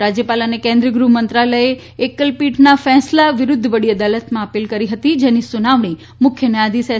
ઉપરાજ્યપાલ અને કેન્દ્રીય ગૃહ મંત્રાલયે એકલ પીઠના ફેંસલા વિરૂદ્ધ વડી અદાલતમાં અપીલ કરી હતી જેની સુનાવણી મુખ્ય ન્યાયાધીશ એ